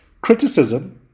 criticism